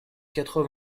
quatre